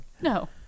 No